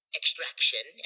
extraction